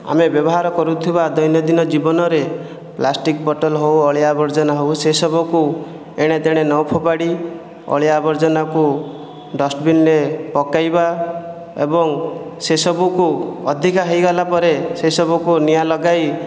ଆମେ ବ୍ୟବହାର କରୁଥିବା ଦୈନନ୍ଦିନ ଜୀବନରେ ପ୍ଲାଷ୍ଟିକ୍ ବଟଲ୍ ହେଉ ଅଳିଆ ଆବର୍ଜନା ହେଉ ସେସବୁକୁ ଏଣେତେଣେ ନଫୋଫାଡ଼ି ଅଳିଆ ଆବର୍ଜନାକୁ ଡଷ୍ଟବିନ୍ରେ ପକାଇବା ଏବଂ ସେସବୁକୁ ଅଧିକ ହୋଇଗଲା ପରେ ସେସବୁକୁ ନିଆଁ ଲଗାଇ